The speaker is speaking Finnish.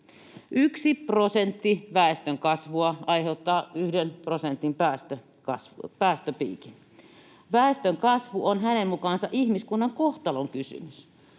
prosentti väestönkasvua aiheuttaa yhden prosentin päästöpiikin. Väestönkasvu on hänen mukaansa ihmiskunnan kohtalonkysymys.